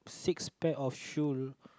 six pack of shoe